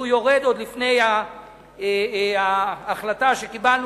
והוא יורד עוד לפני סוף 2010, לפי ההחלטה שקיבלנו.